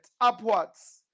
upwards